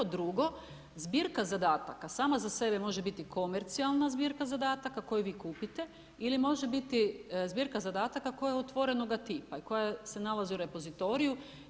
Drugo, zbirka zadataka sama za sebe može biti komercijalna zbirka zadataka koju vi kupite ili može biti zbirka zadataka koja je otvorenoga tipa i koja se nalazi u repozitoriju.